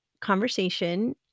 conversation